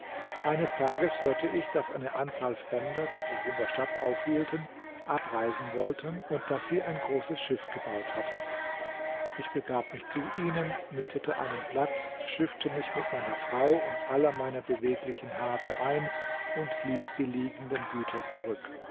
eines tages hörte ich daß eine anzahl fremder die sich in der stadt aufhielten abreisen wollten und daß sie ein großes schiff gebaut hatten ich begab mich zu ihnen mietete einen platz schiffte mich mit meiner frau und aller meiner beweglichen habe ein und ließ die liegenden güter zurück